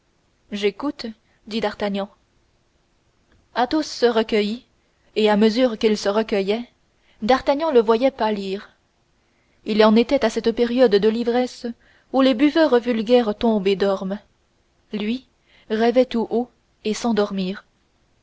j'écoute dit d'artagnan athos se recueillit et à mesure qu'il se recueillait d'artagnan le voyait pâlir il en était à cette période de l'ivresse où les buveurs vulgaires tombent et dorment lui il rêvait tout haut sans dormir